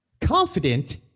confident